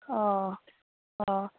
অঁ অঁ